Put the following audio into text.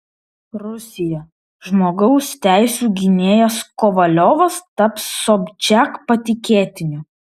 rusija žmogaus teisių gynėjas kovaliovas taps sobčiak patikėtiniu